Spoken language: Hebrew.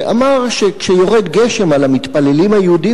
שאמר שכאשר ירד גשם על המתפללים היהודים